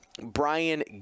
Brian